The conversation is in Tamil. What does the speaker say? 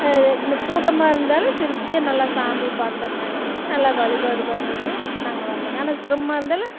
கூட்டமா இருந்தாலும் திருப்தியாக நல்லா சாமி பாத்தோங்க நல்லா வழிபாடு பண்ணிவிட்டு நாங்கள் வந்தோங்க ஆனால் சிரமமாக இருந்தாலும்